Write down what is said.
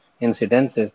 incidence